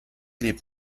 lebt